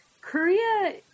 Korea